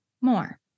more